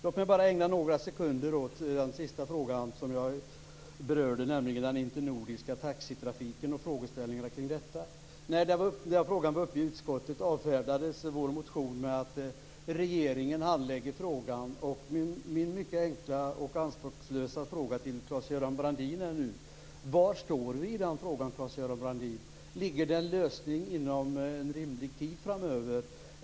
Låt mig ägna bara några sekunder åt den sista frågan som jag berörde, nämligen frågeställningarna kring den internordiska taxitrafiken. När frågan var uppe i utskottet avfärdades vår motion med att regeringen handlägger frågan. Min mycket enkla och anspråkslösa fråga till Claes-Göran Brandin är nu: Var står ni i den frågan? Ligger det en lösning inom en rimlig tid framöver?